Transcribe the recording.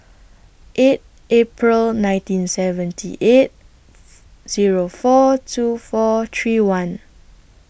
eight April nineteen seventy eight Zero four two four three one